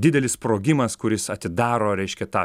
didelis sprogimas kuris atidaro reiškia tą